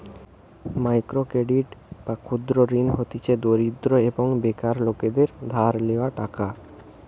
micro credit বা ক্ষুদ্র ঋণ হতিছে দরিদ্র এবং বেকার লোকদের ধার লেওয়া টাকা